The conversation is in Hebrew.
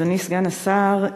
אדוני סגן השר,